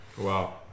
wow